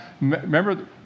Remember